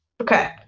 Okay